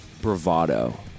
bravado